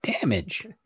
damage